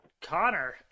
Connor